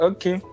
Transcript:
Okay